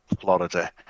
Florida